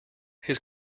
his